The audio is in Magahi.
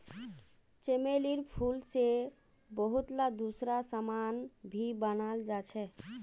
चमेलीर फूल से बहुतला दूसरा समान भी बनाल जा छे